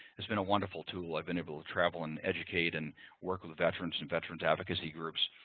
it's been a wonderful tool. i've been able to travel and educate and work with veterans and veterans advocacy groups.